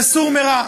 זה סור מרע.